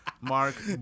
Mark